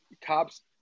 cops